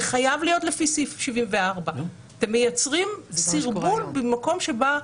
זה חייב להיות לפי סעיף 74. אתם מייצרים סרבול במקום לפשט.